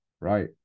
right